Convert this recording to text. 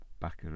backer